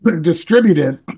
distributed